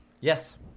Yes